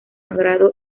agrado